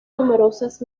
numerosas